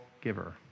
giver